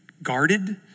Guarded